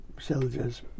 soldiers